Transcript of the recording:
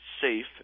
safe